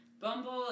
Bumble